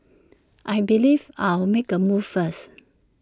I believe I'll make A move first